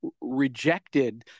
rejected